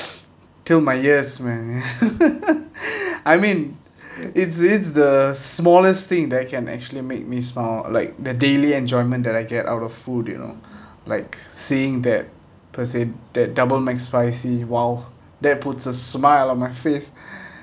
till my ears man I mean it's it's the smallest thing that can actually make me smile like the daily enjoyment that I get out of food you know like seeing that per se that double Mcspicy !wow! that puts a smile on my face